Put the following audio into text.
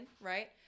right